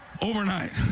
Overnight